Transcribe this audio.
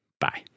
Bye